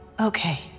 Okay